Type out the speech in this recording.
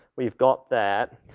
we've got that.